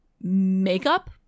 makeup